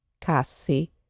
Cassie